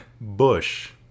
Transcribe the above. Bush